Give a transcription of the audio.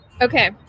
Okay